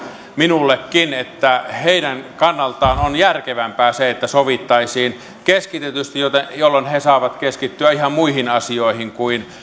minullekin että heidän kannaltaan on järkevämpää että sovittaisiin keskitetysti jolloin he saavat keskittyä ihan muihin asioihin kuin